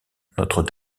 notre